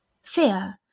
Fear